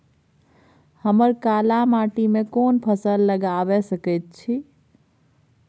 हम काला माटी में कोन फसल लगाबै सकेत छी?